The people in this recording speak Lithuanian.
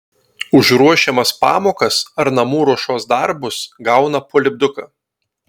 už ruošiamas pamokas ar namų ruošos darbus gauna po lipduką